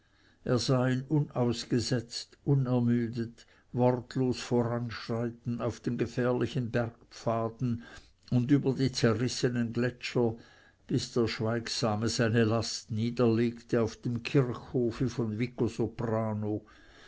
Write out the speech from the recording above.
er sah ihn unausgesetzt unermüdet wortlos voranschreiten auf den gefährlichen bergpfaden und über die zerrissenen gletscher bis der schweigsame seine last niederlegte auf dem kirchhofe von